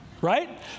Right